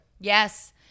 Yes